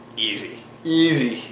easy. easy.